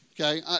okay